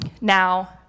Now